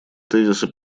тезисы